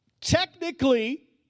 technically